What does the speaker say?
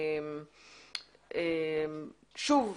שוב,